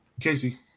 Casey